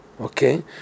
Okay